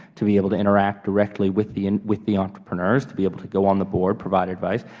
to be able to interact directly with the and with the entrepreneurs, to be able to go on the board, provide advice.